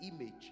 image